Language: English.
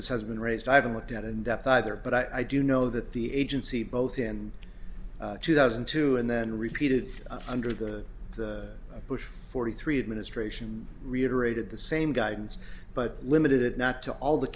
this has been raised i haven't looked at in depth either but i do know that the agency both in two thousand and two and then repeated under the bush forty three administration reiterated the same guidance but limited not to all the